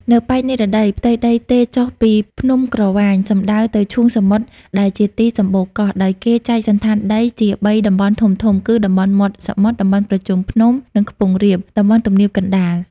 នៅប៉ែកនិរតី ផ្ទៃដីទេរចុះពីភ្នំក្រវាញ សំដៅទៅឈូងសមុទ្រដែលជាទី សំបូរកោះ ដោយគេចែកសណ្ឋានដីជាបីតំបន់ធំៗ គឺ តំបន់មាត់សមុទ្រ តំបន់ប្រជុំភ្នំ និង ខ្ពង់រាប តំបន់ទំនាបកណ្តាល។